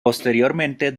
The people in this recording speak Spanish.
posteriormente